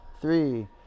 three